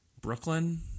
Brooklyn